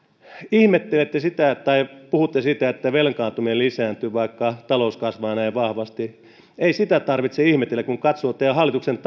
ihmettelette ja puhutte siitä että velkaantuminen lisääntyy vaikka talous kasvaa näin vahvasti ei sitä tarvitse ihmetellä kun katsoo teidän hallituksen